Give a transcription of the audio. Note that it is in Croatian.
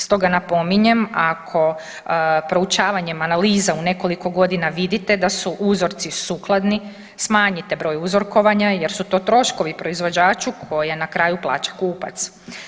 Stoga napominjem ako proučavanjem analiza u nekoliko godina vidite da su uzorci sukladni smanjite broj uzorkovanja jer su to troškovi proizvođaču koje na kraju plaća kupac.